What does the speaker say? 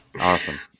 Awesome